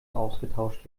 ausgetauscht